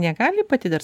negali pati dar